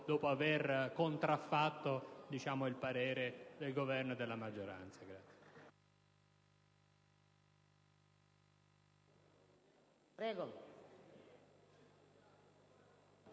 dopo avere contraffatto il parere del Governo e della maggioranza.